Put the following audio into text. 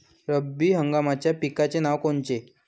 रब्बी हंगामाच्या पिकाचे नावं कोनचे?